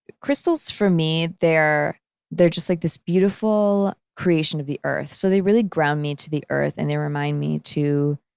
crystals, for me, they're they're just like this beautiful creation of the earth so they really ground me to the earth and they remind me to,